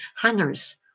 hangers